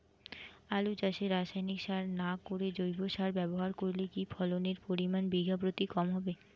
আলু চাষে রাসায়নিক সার না করে জৈব সার ব্যবহার করলে কি ফলনের পরিমান বিঘা প্রতি কম হবে?